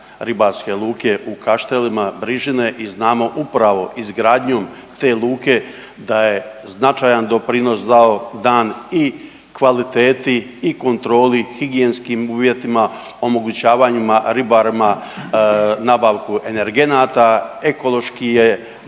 u Kaštelima Brižine i znamo upravo izgradnjom te luke da je značajan doprinos dao, dan i kvaliteti i kontroli, higijenskim uvjetima, omogućavanjima ribarima nabavku energenata ekološki je dan